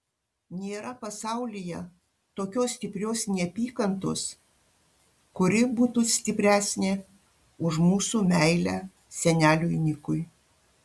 nėra pasaulyje tokios stiprios neapykantos kuri būtų stipresnė už mūsų meilę seneliui nikui